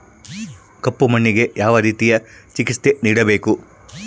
ಕಪ್ಪು ಮಣ್ಣಿಗೆ ಯಾವ ರೇತಿಯ ಚಿಕಿತ್ಸೆ ನೇಡಬೇಕು?